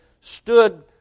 stood